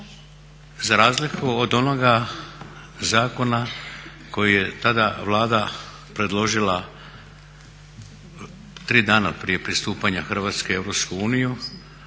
za razliku od onoga zakona koji je tada Vlada predložila tri dana prije pristupanja Hrvatske u